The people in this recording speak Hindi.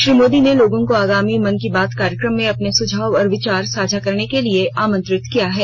श्री मोदी ने लोगों को आगामी मन की बात कार्यक्रम में अपने सुझाव और विचार साझा करने के लिए आमंत्रित किया है